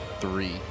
three